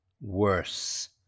worse